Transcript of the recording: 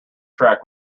track